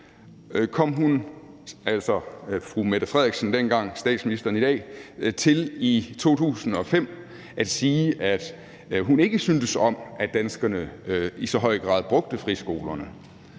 kom til at sige, at hun ikke syntes om, at danskerne i så høj grad brugte friskolerne,